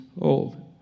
old